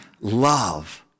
love